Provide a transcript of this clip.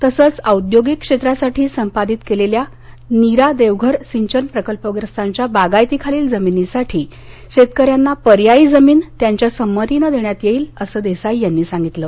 तसंघ औद्योगिक क्षेत्रासाठी संपादित केलेल्या नीरा देवघर सिंचन प्रकल्पग्रस्तांच्या बागायतीखालील जमिनीसाठी शेतकऱ्यांना पर्यायी जमीन त्यांच्या संमतीनं देण्यात येईल असं देसाई यांनी सांगितलं